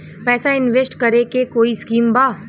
पैसा इंवेस्ट करे के कोई स्कीम बा?